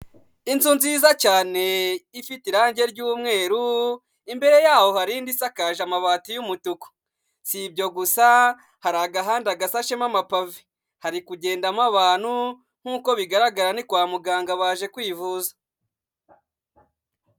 Inzu nziza cyane ifite irangi ry'umweru, imbere yaho hari indi isakaje amabati y'umutuku, si ibyo gusa hari agahanda gasashemo amapave, hari kugendamo abantu nk'uko bigaragara ni kwa muganga baje kwivuza.